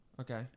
Okay